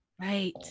Right